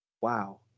Wow